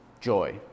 joy